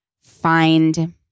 find